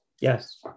Yes